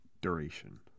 duration